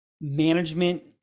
management